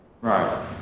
Right